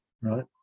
Right